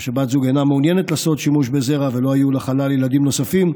או שבת הזוג אינה מעוניינת לעשות שימוש בזרע ולא היו לחלל ילדים נוספים,